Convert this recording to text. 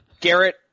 Garrett